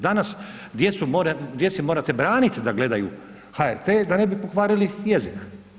Danas djeci morate braniti da gledaju HRT da ne bi pokvarili jezik.